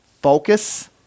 focus